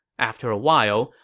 after a while,